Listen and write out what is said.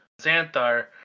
Xanthar